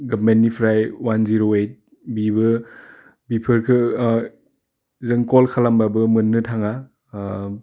गभमेन्टनिफ्राय वान जिर' ओइथ बिबो बिफोरखो जों कल खालामबाबो मोननो थाङा